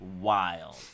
wild